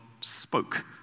spoke